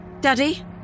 daddy